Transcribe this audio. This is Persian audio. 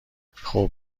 خوب